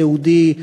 סיעודי,